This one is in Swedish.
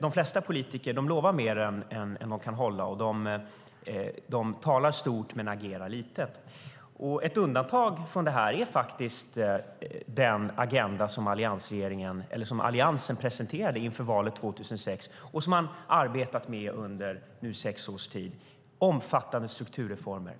De flesta politiker lovar mer än de kan hålla och talar stort, men agerar litet. Ett undantag är faktiskt den agenda som Alliansen presenterade inför valet 2006 och som man har arbetat med i sex år. Det är omfattande strukturreformer.